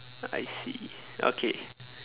I see okay